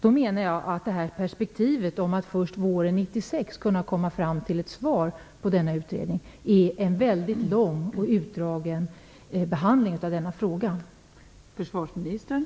Då menar jag att det är en lång och utdragen behandling av denna fråga att först våren 1996 kunna komma fram till ett svar på denna utredning.